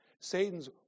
Satan's